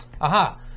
Aha